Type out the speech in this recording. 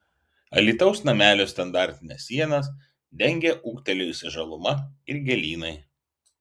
alytaus namelio standartines sienas dengia ūgtelėjusi žaluma ir gėlynai